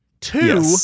Two